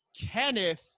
kenneth